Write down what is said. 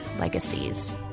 legacies